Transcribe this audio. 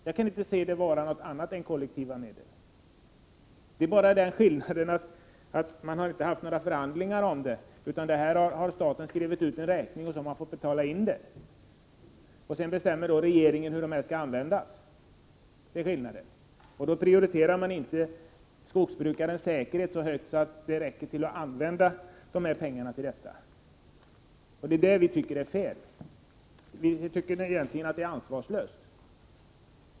Skillnaden är bara att vi inte har haft några förhandlingar om den, utan staten har bara skrivit ut en räkning, och så har skogsbrukarna fått betala. Och sedan bestämmer regeringen hur medlen skall användas. Men ni prioriterar inte skogsbrukets säkerhet så högt att skogsvårdsmedlen kan användas till detta. Det är felet, och vi tycker egentligen att detta är ansvarslöst.